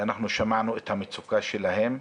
ואנחנו שמענו את המצוקה שלהם.